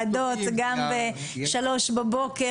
אין להם הכשרה, אין להם מיומנויות.